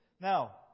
Now